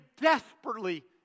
desperately